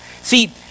See